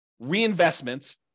reinvestment